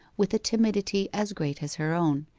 with a timidity as great as her own,